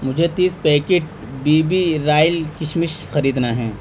مجھے تیس packet B B Royal کشمش خریدنا ہے